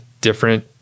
different